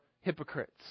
hypocrites